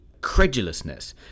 credulousness